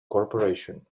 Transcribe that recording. corporation